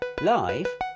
live